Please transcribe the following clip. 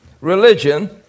religion